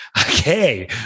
Okay